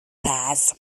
pairs